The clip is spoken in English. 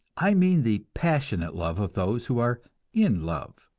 i mean the passionate love of those who are in love.